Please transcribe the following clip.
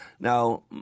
Now